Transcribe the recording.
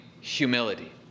humility